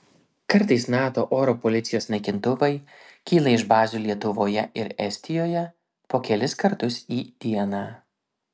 kartais nato oro policijos naikintuvai kyla iš bazių lietuvoje ir estijoje po kelis kartus į dieną